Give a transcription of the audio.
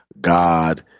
God